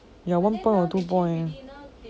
ya one point or two point